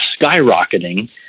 skyrocketing